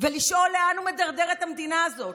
ולשאול לאן הוא מדרדר את המדינה הזאת?